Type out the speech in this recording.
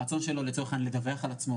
הרצון שלו לצורך העניין לדווח על עצמו